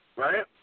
Right